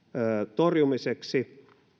torjumiseksi